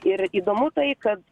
ir įdomu tai kad